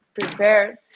prepared